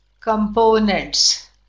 components